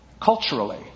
culturally